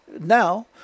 now